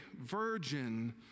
virgin